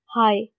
Hi